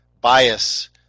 bias